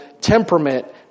temperament